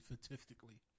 statistically